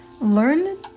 learn